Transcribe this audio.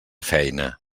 feina